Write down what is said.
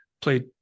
played